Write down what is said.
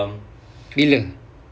bila